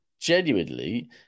genuinely